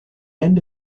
end